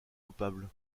coupables